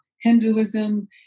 Hinduism